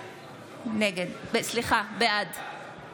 בעד